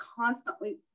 constantly